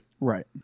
right